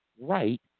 right